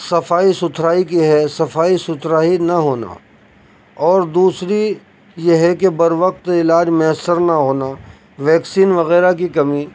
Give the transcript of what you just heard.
صفائی ستھرائی کی ہے صفائی ستھرائی نہ ہونا اور دوسری یہ ہے کہ بروقت علاج میسر نہ ہونا ویکسین وغیرہ کی کمی